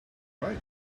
right